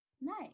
nice